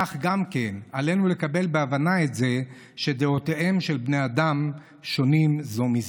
כך גם עלינו לקבל בהבנה שדעותיהם של בני אדם שונות זו מזו.